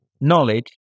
knowledge